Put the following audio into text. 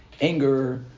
anger